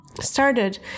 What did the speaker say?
started